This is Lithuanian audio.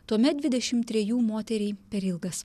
tuomet dvidešim trejų moteriai per ilgas